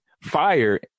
fire